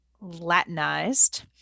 Latinized